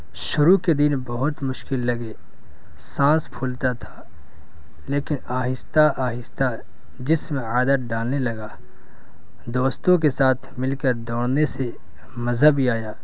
شروع کے دن بہت مشکل لگے سانس پھولتا تھا لیکن آہستہ آہستہ جس میں عادت ڈالنے لگا دوستوں کے ساتھ مل کر دوڑنے سے مزہ بھی آیا